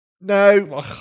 No